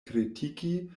kritiki